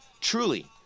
truly